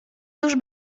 cóż